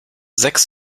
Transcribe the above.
sechs